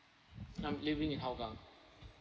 I'm living in hougang